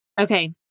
okay